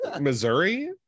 Missouri